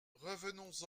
revenons